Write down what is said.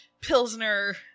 Pilsner